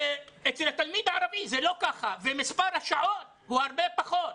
אצל התלמיד הערבי זה לא ככה ומספר השעות הוא הרבה פחות.